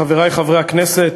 חברי חברי הכנסת,